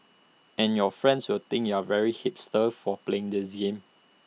and your friends will think you are very hipster for playing this game